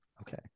Okay